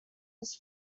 his